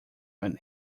when